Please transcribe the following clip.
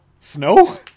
Snow